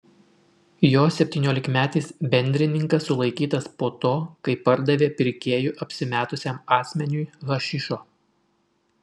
jo septyniolikmetis bendrininkas sulaikytas po to kai pardavė pirkėju apsimetusiam asmeniui hašišo